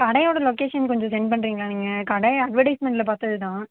கடையோடய location கொஞ்சம் send பண்றீங்களா நீங்கள் கடை அட்வர்டைஸ்மென்டில் பார்த்தது தான்